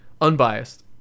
unbiased